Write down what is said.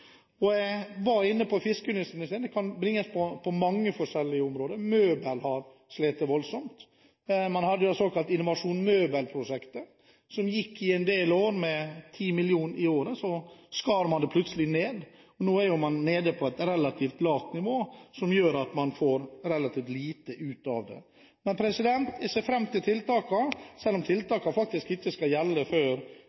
Jeg var inne på fiskeindustrien i stad, men dette kan gjelde mange forskjellige områder. Møbelindustrien har slitt voldsomt. Man hadde det såkalte Innovasjon Møbel-prosjektet, som gikk i en del år, med 10 mill. kr i året. Så skar man plutselig ned på det. Nå er man nede på et relativt lavt nivå, som gjør at man får relativt lite ut av det. Jeg ser fram til tiltakene, selv om